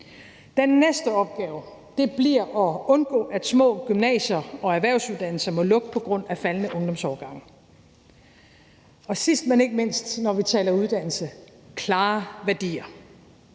Den næste opgave bliver at undgå, at små gymnasier og erhvervsuddannelser må lukke på grund af faldende ungdomsårgange, og sidst, men ikke mindst, skal der, når vi taler uddannelse, være klare værdier,